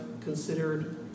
considered